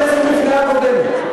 אתה נולדת, זה היה בכנסת לפני הקודמת.